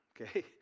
okay